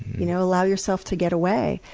you know allow yourself to get away.